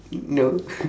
no